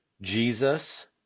jesus